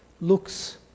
looks